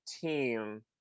team